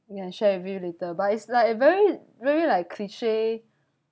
ya share with you later but it's like a very very like cliche